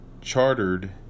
chartered